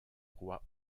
roi